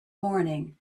morning